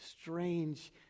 strange